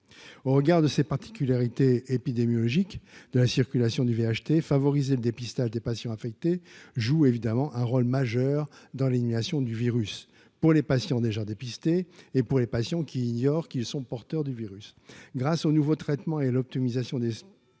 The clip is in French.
au regard de ses particularités épidémiologique de la circulation du vieux acheter favoriser le dépistage des patients affectés joue évidemment un rôle majeur dans l'élimination du virus pour les patients déjà dépistés et pour les patients qui ignorent qu'ils sont porteurs du virus, grâce aux nouveaux traitements et l'optimisation des